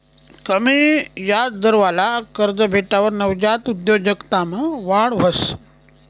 कमी याजदरवाला कर्ज भेटावर नवजात उद्योजकतामा वाढ व्हस